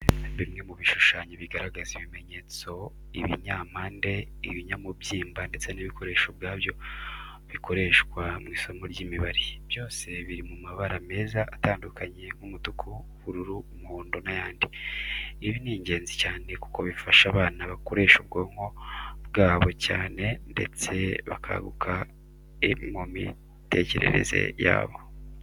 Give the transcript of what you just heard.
Bimwe mu bishushanyo bigaragaza ibimenyetso, ibinyampande, ibinyamubyimba ndetse n'ibikoresho ubwabyo bikoreshwa mu isomo ry'imibare. Byose biri mu mabara meza atandukanye nk'umutuku, ubururu, umuhondo n'ayandi. Ibi ni ingenzi cyane kuko bifasha abana gukoresha ubwonko bwabo cyane ndetse bakaguka imitekerereze yabo.